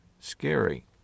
scary